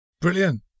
Brilliant